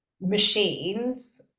machines